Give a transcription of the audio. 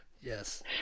yes